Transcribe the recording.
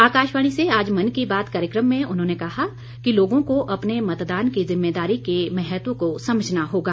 आकाशवाणी से आज मन की बात कार्यक्रम में उन्होंने कहा कि लोगों को अपने मतदान की ज़िम्मेदारी के महत्व को समझना होगा